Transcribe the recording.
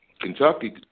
Kentucky